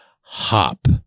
hop